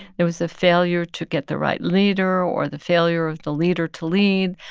it was a failure to get the right leader or the failure of the leader to lead.